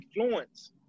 influence